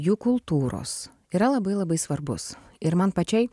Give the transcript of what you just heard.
jų kultūros yra labai labai svarbus ir man pačiai